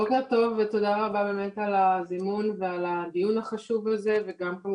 בוקר טוב ותודה רבה באמת על הזימון ועל הדיון החשוב הזה,